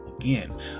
again